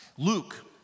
Luke